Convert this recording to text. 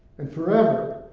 and forever,